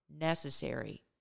necessary